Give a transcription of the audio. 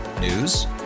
News